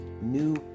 new